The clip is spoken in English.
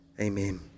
Amen